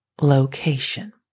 location